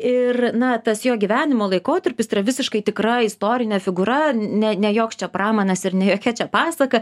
ir na tas jo gyvenimo laikotarpis tai yra visiškai tikra istorinė figūra ne ne joks čia pramanas ir ne jokia čia pasaka